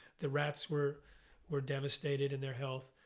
the rats were were devastated in their health.